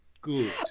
good